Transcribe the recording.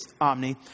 Omni